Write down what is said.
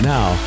Now